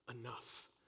enough